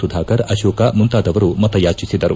ಸುಧಾಕರ್ ಅಶೋಕ ಮುಂತಾದವರು ಮತಯಾಚಿಸಿದರು